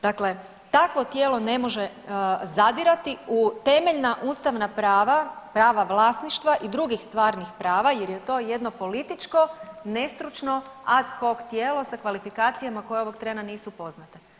Dakle, takvo tijelo ne može zadirati u temeljna ustavna prava, prava vlasništva i drugih stvarnih prava jer je to jedno političko nestručno ad hoc tijelo sa kvalifikacijama koje ovog trena nisu poznate.